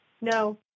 No